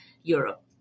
Europe